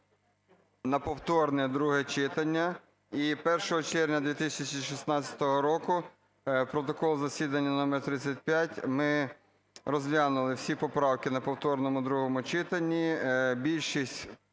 на повторне друге читання, і 1 червня 2016 року (протокол засідання номер 35) ми розглянули всі поправки на повторному другому читанні,